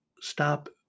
stop